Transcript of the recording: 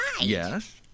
Yes